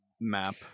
map